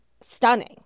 Stunning